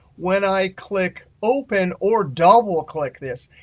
when i click open or double-click this,